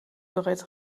bereits